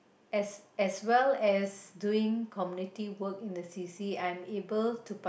as as well as doing community work in the C_C I'm able to part